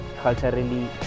culturally